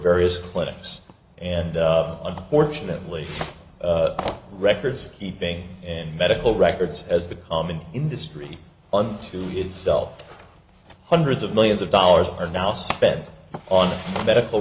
various clinics and unfortunately records keeping and medical records as become an industry unto itself hundreds of millions of dollars are now spent on medical